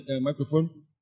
microphone